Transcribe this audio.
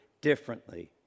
differently